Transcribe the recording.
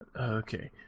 Okay